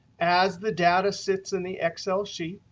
as the data sits in the excel sheet,